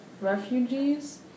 refugees